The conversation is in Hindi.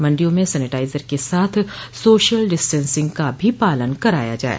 मण्डियों में सेनेटाइजर के साथ सोशल डिस्टेन्सिंग का भी पालन कराया जाये